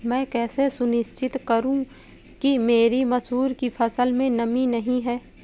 मैं कैसे सुनिश्चित करूँ कि मेरी मसूर की फसल में नमी नहीं है?